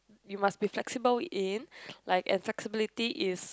you must be flexible in like and flexibility is